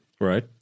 Right